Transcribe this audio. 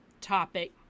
topic